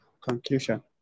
conclusion